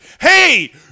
Hey